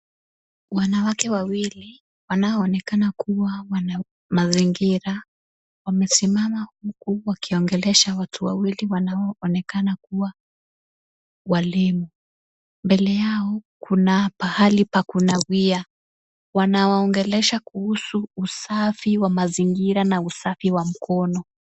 Wanawake wawili wanaoonekana kuwa wanamazingira. Wamesimama huku wakiongelesha watu wawili wanaoonekana kua walimu. Mbele yao kuna pahali pa kunawia. Wanawaongelesha kuhusu usafi wa mazingira na usafi wa mkono.